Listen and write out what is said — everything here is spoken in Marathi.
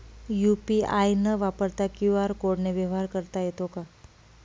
यू.पी.आय न वापरता क्यू.आर कोडने व्यवहार करता येतो का?